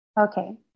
Okay